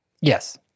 Yes